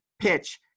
PITCH